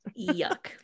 Yuck